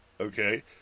okay